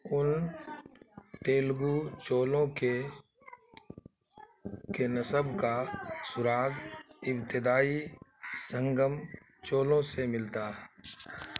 ان تیلگو چولوں کے کے نسب کا سراغ ابتدائی سنگم چولوں سے ملتا ہے